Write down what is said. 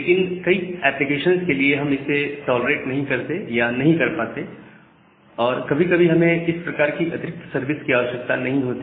लेकिन कई एप्लीकेशंस के लिए हम इसे टॉलरेट नहीं करते या नहीं कर पाते और कभी कभी हमें इस प्रकार की अतिरिक्त सर्विस इसकी आवश्यकता नहीं होती